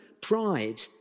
pride